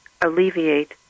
alleviate